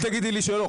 אל תגידי לי שלא.